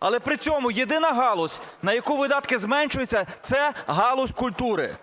Але при цьому єдина галузь, на яку видатки зменшуються, - це галузь культури.